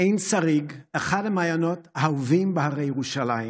עין שריג, אחד המעיינות האהובים בהרי ירושלים